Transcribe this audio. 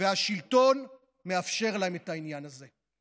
והשלטון מאפשר להם את העניין הזה.